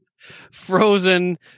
frozen